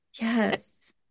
Yes